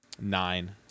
Nine